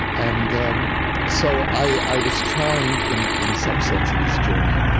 and so i was trying in in some sense in this journey,